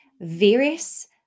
various